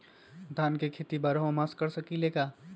धान के खेती बारहों मास कर सकीले का?